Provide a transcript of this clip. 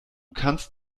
kannst